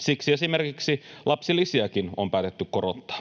Siksi esimerkiksi lapsilisiäkin on päätetty korottaa.